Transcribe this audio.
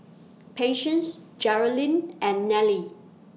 Patience Jerrilyn and Nelie